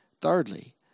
Thirdly